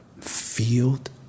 field